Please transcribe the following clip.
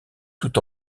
tout